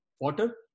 water